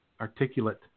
articulate